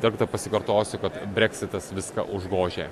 dar kartą pasikartosiu kad breksitas viską užgožia